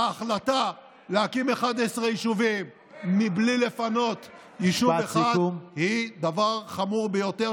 וההחלטה להקים 11 יישובים בלי לפנות יישוב אחד היא דבר חמור ביותר,